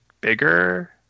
bigger